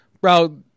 bro